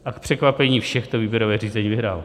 A k překvapení všech to výběrové řízení vyhrál.